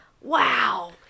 wow